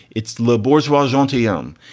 it's le bourgeois gentium.